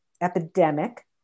epidemic